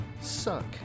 suck